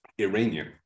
Iranian